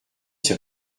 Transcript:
ces